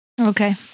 Okay